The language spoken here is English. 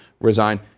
resign